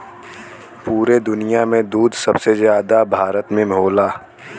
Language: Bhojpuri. पुरे दुनिया में दूध सबसे जादा भारत में होला